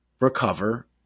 recover